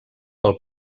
pel